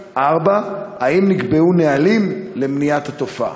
4. האם נקבעו נהלים למניעת התופעה?